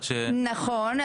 נכון,